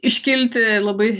iškilti labai